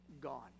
gone